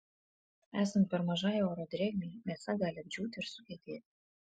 esant per mažai oro drėgmei mėsa gali apdžiūti ir sukietėti